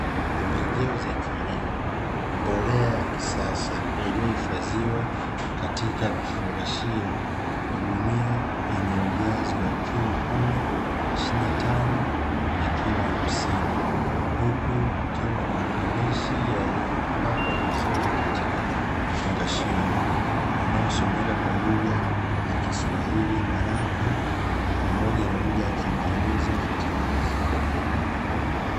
Pembejeo za kilimo mbolea ya kisasa iliyohifadhiwa katika vifungashio, magunia yenye ujazo wa kilo kumi, ishirini na tano na kilo hamsini huku kukiwa na maandishi yaliyopakwa vizuri katika vifungashio hivyo yanayosomeka kwa lugha ya Kiswahili baraka pamoja na lugha ya Kiingereza mbolea.